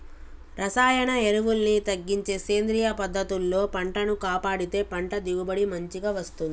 రసాయన ఎరువుల్ని తగ్గించి సేంద్రియ పద్ధతుల్లో పంటను కాపాడితే పంట దిగుబడి మంచిగ వస్తంది